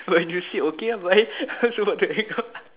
when you say okay ah bye I was about to hang up